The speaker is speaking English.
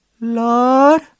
Lord